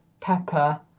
Pepper